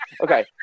Okay